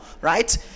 right